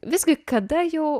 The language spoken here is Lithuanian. visgi kada jau